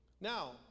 Now